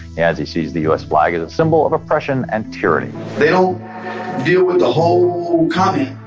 as he sees the u s. flag as a symbol of oppression and tyranny they don't deal with the whole comment,